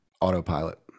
Autopilot